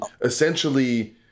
essentially